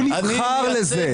הוא נבחר לזה.